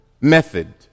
method